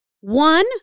one